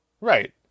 Right